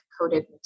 coated